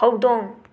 ꯍꯧꯗꯣꯡ